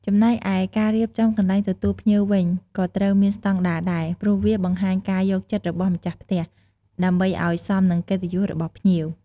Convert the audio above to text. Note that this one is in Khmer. ចំណែកឯការរៀបចំកន្លែងទទួលភ្លៀងវិញក៏ត្រូវមានស្តង់ដាដែរ ព្រោះវាបង្ហាញការយកចិត្តរបស់ម្ចាស់ផ្ទះ ដើម្បីឱ្យសមនឹងកិត្តិយសរបស់ភ្ញៀវ។